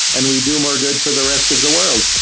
and we do more good for the rest of the world.